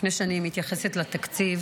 לפני שאני מתייחסת לתקציב,